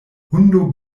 hundo